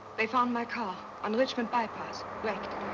they found my car on richmond bypass wrecked.